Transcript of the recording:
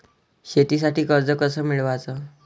शेतीसाठी कर्ज कस मिळवाच?